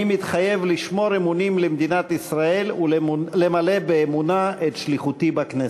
אני מתחייב לשמור אמונים למדינת ישראל ולמלא באמונה את שליחותי בכנסת.